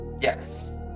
Yes